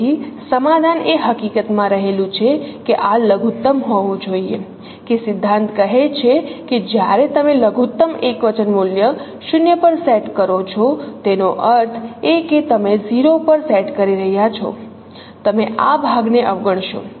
તેથી સમાધાન એ હકીકતમાં રહેલું છે કે આ લઘુત્તમ હોવું જોઈએ કે સિદ્ધાંત કહે છે કે જ્યારે તમે લઘુત્તમ એકવચન મૂલ્ય 0 પર સેટ કરો છો તેનો અર્થ એ કે તમે 0 પર સેટ કરી રહ્યાં છો તમે આ ભાગને અવગણશો